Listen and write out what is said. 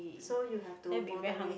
so you have to moderate